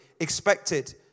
expected